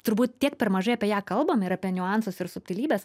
turbūt tiek per mažai apie ją kalbam ir apie niuansus ir subtilybes